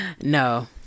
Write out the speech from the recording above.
No